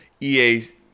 EA's